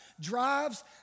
drives